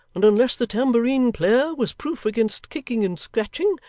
and, unless the tambourine-player was proof against kicking and scratching,